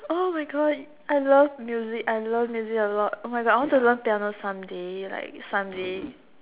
oh my god I love music I love music a lot oh my god I want to learn piano someday like someday